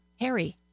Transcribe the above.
Harry